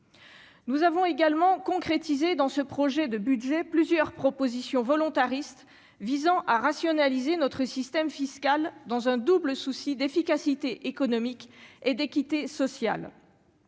nous avons également concrétisées dans ce projet de budget plusieurs propositions volontaristes visant à rationaliser notre système fiscal dans un double souci d'efficacité économique et d'équité sociale,